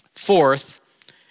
Fourth